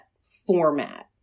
format